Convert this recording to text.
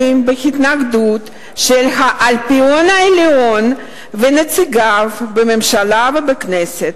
בהתנגדות של האלפיון העליון ונציגיו בממשלה ובכנסת,